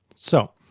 so,